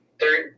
third